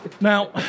Now